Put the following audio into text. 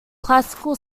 classical